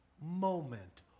moment